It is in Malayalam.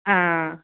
ആ